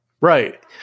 Right